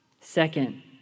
Second